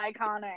iconic